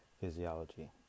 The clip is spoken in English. physiology